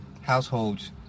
households